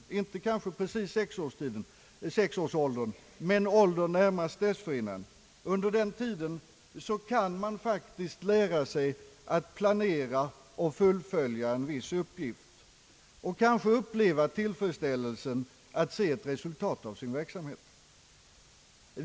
Det gäller då kanske inte precis sexårsåldern utan åldern närmast dessförinnan. Under den tiden kan man faktiskt lära sig att planera och fullfölja en viss uppgift, och man kan kanske uppleva tillfredsställelse att se ett resultat av sin verksamhet.